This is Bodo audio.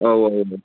औ औ औ